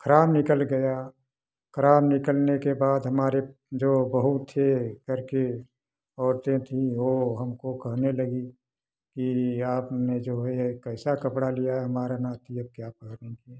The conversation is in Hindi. खराब निकल गया खराब निकलने के बाद हमारे जो बहू थे घर के औरतें थीं ओ हमको कहने लगी कि आपने जो है ये कैसा कपड़ा लिया हमारा नाती अब क्या पहनेंगे